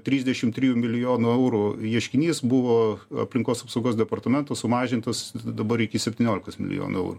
trisdešim trijų milijonų eurų ieškinys buvo aplinkos apsaugos departamento sumažintas dabar iki septyniolikos milijonų eurų